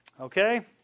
Okay